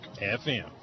FM